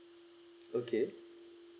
okay